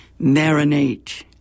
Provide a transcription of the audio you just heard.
marinate